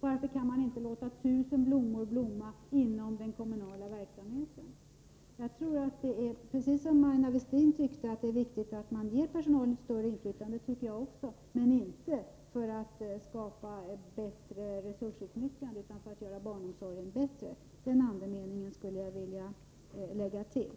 Varför inte låta tusen blommor blomma inom den kommunala verksamheten? Jag tycker ilikhet med Aina Westin att det är viktigt att ge personalen större inflytande, men det skall inte ske för att skapa ett bättre resursutnyttjande utan för att göra barnomsorgen bättre. Den andemeningen vill jag lägga till.